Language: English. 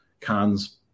cons